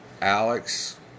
Alex